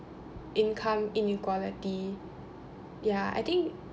income inequality ya I think